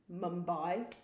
Mumbai